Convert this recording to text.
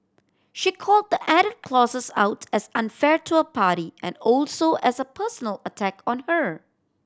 she called the added clauses out as unfair to her party and also as a personal attack on her